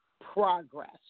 progress